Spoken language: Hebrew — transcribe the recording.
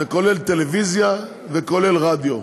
זה כולל טלוויזיה וזה כולל רדיו.